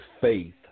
faith